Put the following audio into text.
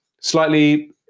slightly